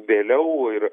vėliau ir